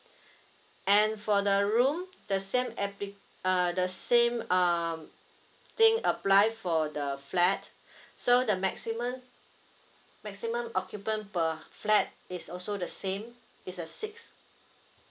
and for the room the same appli~ uh the same um thing apply for the flat so the maximum maximum occupant per flat is also the same it's uh six